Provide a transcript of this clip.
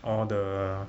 orh the